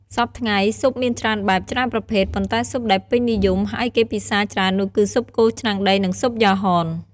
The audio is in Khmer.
សព្វថ្ងៃ ស៊ុបមានច្រើនបែប ច្រើនប្រភេទ ប៉ុន្តែស៊ុបដែលពេញនិយម ហើយគេពិសាច្រើននោះគឺស៊ុបគោឆ្នាំងដី និងស៊ុបយ៉ាហន។